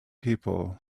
people